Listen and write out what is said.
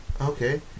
Okay